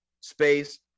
space